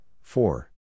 four